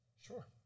Sure